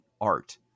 art